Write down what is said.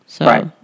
Right